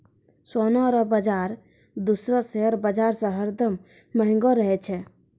सोना रो बाजार दूसरो शेयर बाजार से हरदम महंगो रहै छै